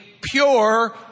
pure